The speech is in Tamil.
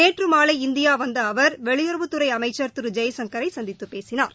நேற்று மாலை இந்தியா வந்த அவர் வெளியறவுத்துறை அமைச்சர் திரு ஜெய்சங்கரை சந்தித்து பேசினார்